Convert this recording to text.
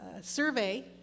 survey